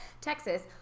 Texas